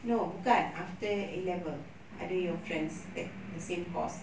no bukan after A level ada your friends take the same course